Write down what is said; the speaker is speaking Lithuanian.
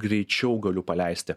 greičiau galiu paleisti